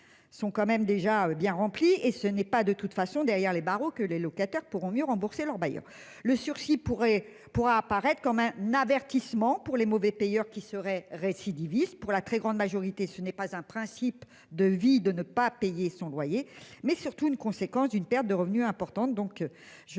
Sont quand même déjà bien remplie et ce n'est pas de toute façon derrière les barreaux, que les locataires pourront mieux rembourser leurs bailleurs. Le sursis pourrait pourra apparaître comme un avertissement pour les mauvais payeurs qui serait récidiviste pour la très grande majorité ce n'est pas un principe de vie de ne pas payer son loyer, mais surtout une conséquence d'une perte de revenus importante